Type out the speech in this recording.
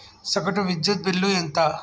సగటు విద్యుత్ బిల్లు ఎంత?